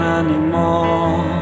anymore